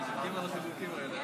הדקות שלו עדיין.